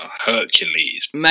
Hercules